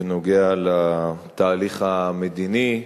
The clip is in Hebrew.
בנוגע לתהליך המדיני.